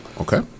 Okay